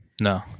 No